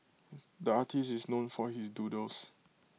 the artist is known for his doodles